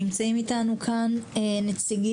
נמצאים איתנו כאן נציגים